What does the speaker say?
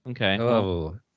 Okay